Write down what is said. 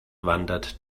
wandert